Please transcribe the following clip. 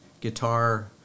guitar